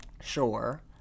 sure